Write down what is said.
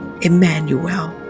emmanuel